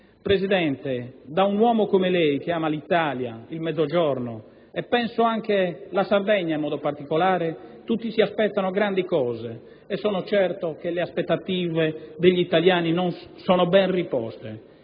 Presidente, da un uomo come lei, che ama l'Italia, il Mezzogiorno e, ritengo, anche la Sardegna in modo particolare, tutti si aspettano grandi cose. Sono certo che le aspettative degli italiani sono ben riposte.